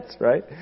right